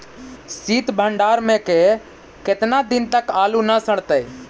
सित भंडार में के केतना दिन तक आलू न सड़तै?